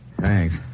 Thanks